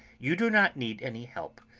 you do not need any help.